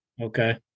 Okay